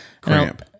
cramp